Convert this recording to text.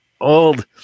old